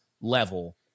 level